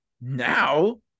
now